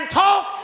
talk